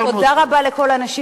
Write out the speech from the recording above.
ותודה רבה לכל האנשים,